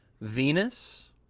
Venus